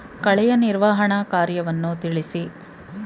ಕಳೆಯ ನಿರ್ವಹಣಾ ಕಾರ್ಯವನ್ನು ತಿಳಿಸಿ?